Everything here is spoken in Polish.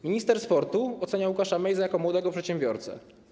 Minister sportu ocenia Łukasza Mejzę jako młodego przedsiębiorcę.